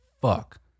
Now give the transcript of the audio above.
fuck